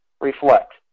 reflect